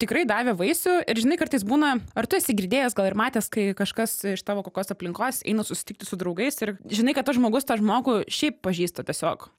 tikrai davė vaisių ir žinai kartais būna ar tu esi girdėjęs gal ir matęs kai kažkas iš tavo kokios aplinkos eina susitikti su draugais ir žinai kad tas žmogus tą žmogų šiaip pažįsta tiesiog